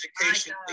education